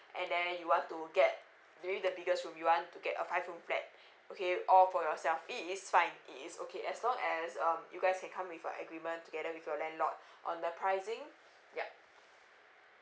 and then you want to get during the biggest room you want to get a five room flat okay all for yourself it is fine it is okay as long as um you guys can come with an agreement together with your landlord on the pricing yup